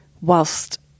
whilst